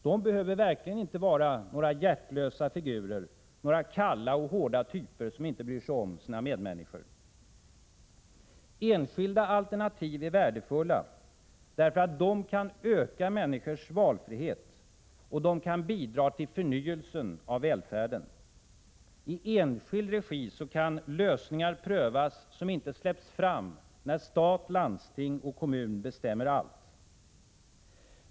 De behöver verkligen inte vara några hjärtlösa figurer, några kalla och hårda typer som inte bryr sig om sina medmänniskor. Enskilda alternativ är värdefulla därför att de kan öka människors valfrihet och bidra till förnyelse av välfärden. I enskild regi kan lösningar prövas som inte släpps fram när stat, landsting och kommuner bestämmer allt.